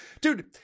Dude